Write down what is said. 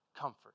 comfort